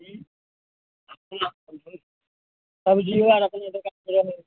सुनुने हम कहै छी सब्जीओ आर अपने दोकानपर रहै हय